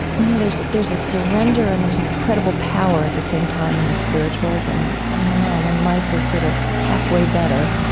you know there's there's a surrender and there's an incredible power at the same time in the spirituals, and you know when life is sort of halfway better,